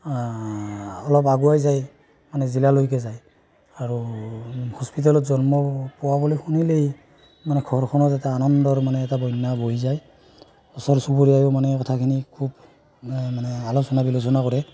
অলপ আগুৱাই যায় মানে জিলালৈকে যায় আৰু হস্পিটেলত জন্ম পোৱা বুলি শুনিলেই মানে ঘৰখনত এটা আনন্দৰ মানে এটা বন্যা বৈ যায় ওচৰ চুবুৰীয়ায়ো মানে কথাখিনি খুব এই মানে আলোচলা বিলোচনা কৰে